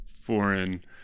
foreign